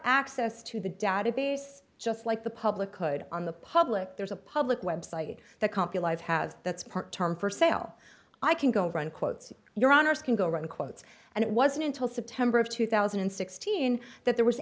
access to the database just like the public could on the public there's a public website that compromise has that's part term for sale i can go run quotes your honour's can go right in quotes and it wasn't until september of two thousand and sixteen that there was